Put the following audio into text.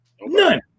None